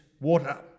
water